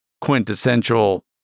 quintessential